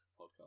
podcast